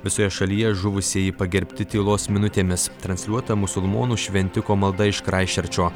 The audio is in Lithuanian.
visoje šalyje žuvusieji pagerbti tylos minutėmis transliuota musulmonų šventiko malda iš kraistčerčo